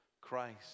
Christ